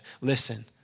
Listen